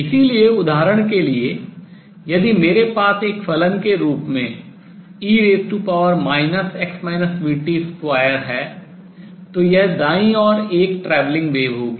इसलिए उदाहरण के लिए यदि मेरे पास एक फलन के रूप में e 2 है तो यह दाईं ओर एक travelling wave प्रगामी तरंग होगी